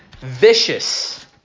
Vicious